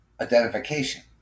identification